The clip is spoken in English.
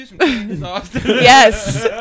yes